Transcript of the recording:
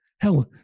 hell